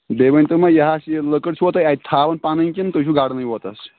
بیٚیہِ ؤنۍتَو مےٚ یہِ حظ یہِ لٔکٕر چھُوا تۄہہِ اَتہِ تھاوان پَنٕنۍ کِنہٕ تُہۍ چھُو گرنٕے یوت حظ